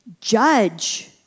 judge